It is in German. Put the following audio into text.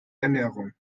ernährung